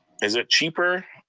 is it cheaper,